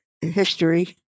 history